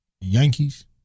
Yankees